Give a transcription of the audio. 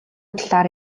талаар